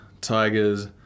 tigers